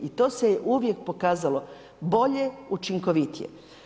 I to se uvijek pokazalo bolje, učinkovitije.